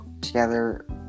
together